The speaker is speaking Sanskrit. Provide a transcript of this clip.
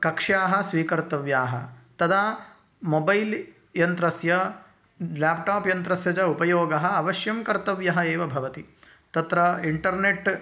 कक्षाः स्वीकर्तव्याः तदा मोबैल्यन्त्रस्य ल्याप्टाप्यन्त्रस्य च उपयोगम् अवश्यं कर्तव्यम् एव भवति तत्र इण्टर्नेट्